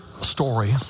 story